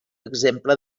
exemple